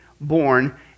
born